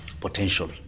potential